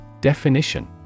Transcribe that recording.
Definition